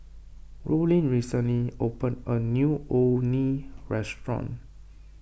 Rollin recently opened a new Orh Nee restaurant